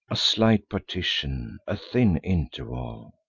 a slight partition, a thin interval,